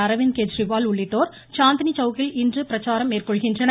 அரவிந்த் கெஜ்ரிவால் உள்ளிட்டோர் சாந்தினிசவுக்கில் இன்று பிரச்சாரம் மேற்கொள்கின்றனர்